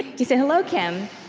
he said, hello, kim.